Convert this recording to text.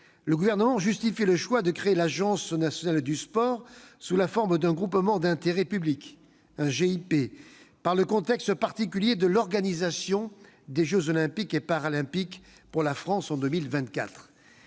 Le Gouvernement justifie le choix de créer l'Agence nationale du sport sous la forme d'un groupement d'intérêt public, un GIP, par le contexte particulier de l'organisation des jeux Olympiques et Paralympiques par la France en 2024.